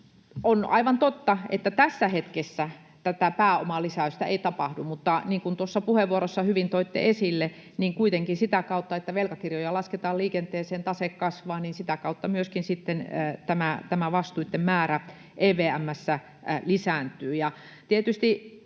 On aivan totta, että tässä hetkessä tätä pääomalisäystä ei tapahdu, mutta niin kuin tuossa puheenvuorossa hyvin toitte esille, niin kuitenkin sitä kautta, että velkakirjoja lasketaan liikenteeseen ja tase kasvaa, niin myöskin sitten tämä vastuitten määrä EVM:ssä lisääntyy. Tietysti